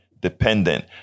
dependent